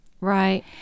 Right